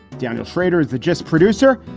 daniel shrader is the gist producer.